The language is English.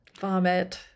Vomit